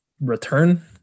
return